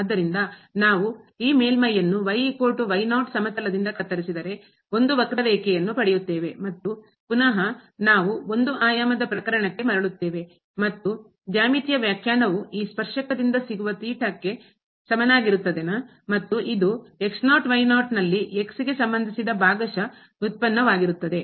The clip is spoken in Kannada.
ಆದ್ದರಿಂದ ನಾವು ಈ ಮೇಲ್ಮೈ ಯನ್ನು ಸಮತಲದಿಂದ ಕತ್ತರಿಸಿದರೆ ಒಂದು ವಕ್ರರೇಖೆಯನ್ನು ಪಡೆಯುತ್ತೇವೆ ಮತ್ತು ಪುನಹ ನಾವು ಒಂದು ಆಯಾಮದ ಪ್ರಕರಣಕ್ಕೆ ಮರಳುತ್ತೇವೆ ಮತ್ತು ಜ್ಯಾಮಿತೀಯ ವ್ಯಾಖ್ಯಾನವು ಈ ಸ್ಪರ್ಶಕ ದಿಂದ ಸಿಗುವ ಥೀಟಾಕ್ಕೆ ಸಮನಾಗಿರುತ್ತದೆ ಮತ್ತು ಇದು ನಲ್ಲಿ ಗೆ ಸಂಬಂಧಿಸಿದ ಭಾಗಶಃ ವ್ಯುತ್ಪನ್ನವಾಗಿರುತ್ತದೆ